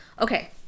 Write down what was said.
Okay